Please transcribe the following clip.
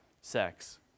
sex